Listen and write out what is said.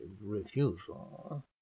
refusal